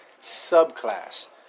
subclass